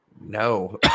No